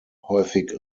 häufig